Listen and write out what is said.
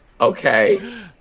Okay